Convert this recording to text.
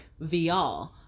vr